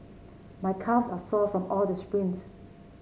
my calves are sore from all the sprints